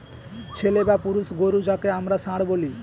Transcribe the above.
ছেলে বা পুরুষ গোরু যাকে আমরা ষাঁড় বলি